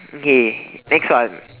okay next one